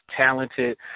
talented